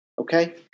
Okay